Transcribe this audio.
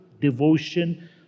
devotion